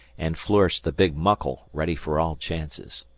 and flourished the big muckle, ready for all chances.